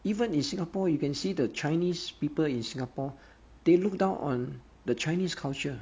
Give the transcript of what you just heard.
even in singapore you can see the chinese people in singapore they look down on the chinese culture